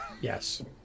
Yes